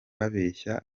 babeshya